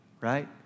right